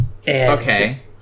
Okay